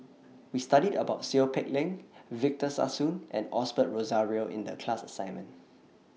We studied about Seow Peck Leng Victor Sassoon and Osbert Rozario in The class assignment